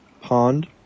pond